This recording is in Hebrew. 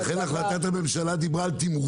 לכן החלטת הממשלה דיברה על תימרוצים.